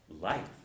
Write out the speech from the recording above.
life